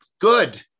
good